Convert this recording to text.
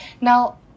Now –